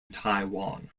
taiwan